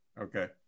Okay